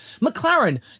McLaren